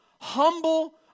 humble